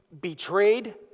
betrayed